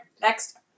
next